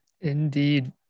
indeed